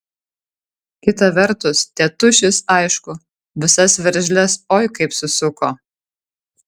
kita vertus tėtušis aišku visas veržles oi kaip susuko